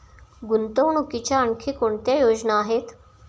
गुंतवणुकीच्या आणखी कोणत्या योजना आहेत?